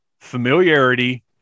familiarity